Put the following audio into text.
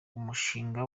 umushinga